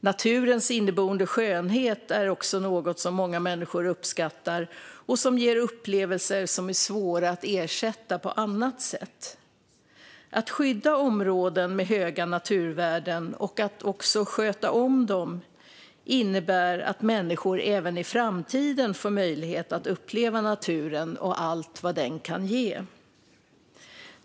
Naturens inneboende skönhet är också något som många människor uppskattar och som ger upplevelser som är svåra att ersätta på annat sätt. Att skydda områden med höga naturvärden och sköta om dem innebär att människor även i framtiden får möjlighet att uppleva naturen och allt vad den kan ge.